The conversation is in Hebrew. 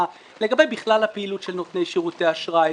לגבי בכלל הפעילות של נותני שירותי האשראי,